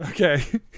Okay